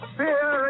fear